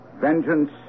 Vengeance